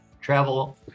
travel